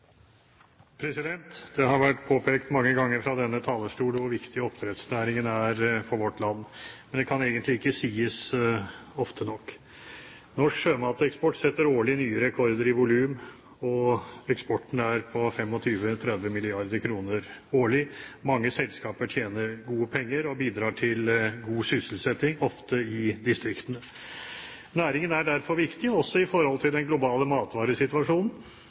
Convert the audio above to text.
for vårt land, men det kan egentlig ikke sies ofte nok. Norsk sjømateksport setter årlig nye rekorder i volum, og eksporten er på 25–30 mrd. kr årlig. Mange selskaper tjener gode penger og bidrar til god sysselsetting, ofte i distriktene. Næringen er derfor viktig også i forhold til den globale matvaresituasjonen,